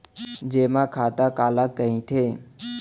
जेमा खाता काला कहिथे?